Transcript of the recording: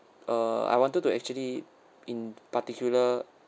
uh I wanted to actually in particular